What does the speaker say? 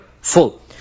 full